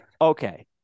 Okay